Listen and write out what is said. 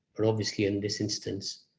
but obviously, in this instance,